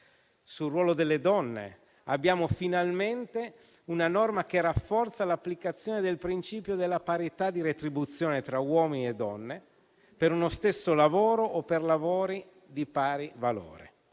Sul ruolo delle donne, abbiamo finalmente una norma che rafforza l'applicazione del principio della parità di retribuzione tra uomini e donne per uno stesso lavoro o per lavori di pari valore,